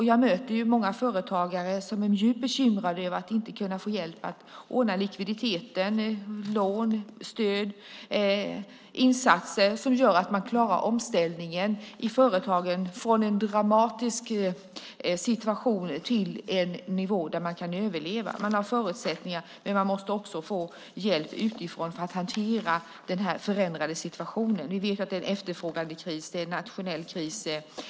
Jag möter många företagare som är djupt bekymrade över att inte få hjälp att ordna likviditeten, lån, stöd och insatser som gör att de klarar omställningen i företagen från en dramatisk situation till en nivå där de kan överleva. De har förutsättningar, men de måste också få hjälp utifrån för att hantera den förändrade situationen. Vi vet att det är en efterfrågandekris och en nationell kris.